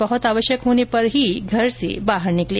बहुत आवश्यक होने पर ही घर से बाहर निकलें